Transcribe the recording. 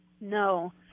No